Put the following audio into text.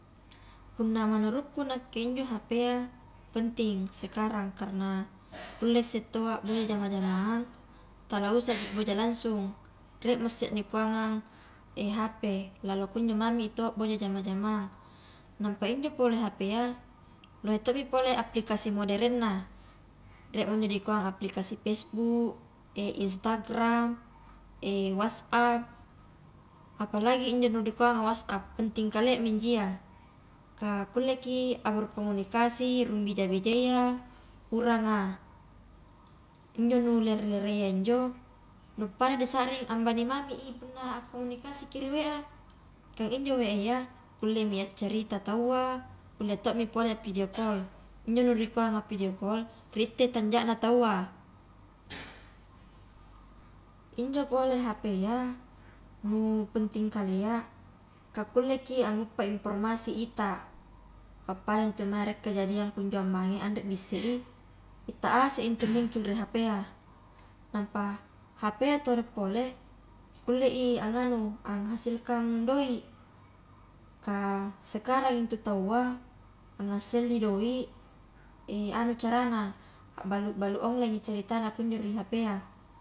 Punna menurutku nakke njo iya hp a penting sekarang karna kullesse taua boya jama-jamang ta usaki boja langsung, rie mo isse nikuangang hp, lalang kunjo mami taua abboja jama-jamang, napa injo pole hp a lohe tommi pole aplikasi modernna, rie mo njo dikua aplikasi pesbuk, instagram, wassap, apalagi injo nu dikuanga wassap penting kaleami injo iya, kah kulleki a berkomunikasi rung bija-bijayya, uranga, injo nu lere-lerea njo, nu pada di saring, abani mami i punna akkumunikasiki ri wa, ka injo wa iya kullemi accarita taua, kulle to mi pole a pidio kol, injo nu rikuanga a pidio kol ritte tanjana taua, injo pole hp iya nu penting kalea ka kulleki anguppa informasi ita, pappada ntu mae rie kejadian kunjo mange anre disse i itta ase i intu muncul ri hp a, nampa hp a todo pole kulle i anganu, anghasilkan doi, kah sekarang intu taua, angasselli doi anganu carana abbalu-balu onlinengi ceritana injo kunjo ri hp a.